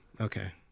okay